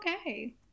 okay